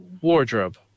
Wardrobe